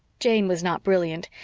jane was not brilliant,